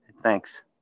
Thanks